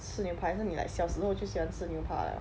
吃牛排还是你 like 小时候就喜欢吃牛排